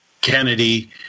Kennedy